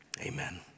Amen